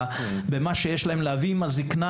במה שיש להם להביא עם הזקנה